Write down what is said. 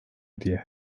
diye